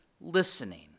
listening